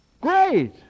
Great